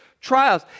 trials